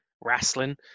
wrestling